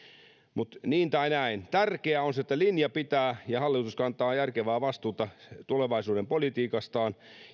niin tai näin tärkeää on se että linja pitää ja hallitus kantaa järkevää vastuuta tulevaisuuden politiikastaan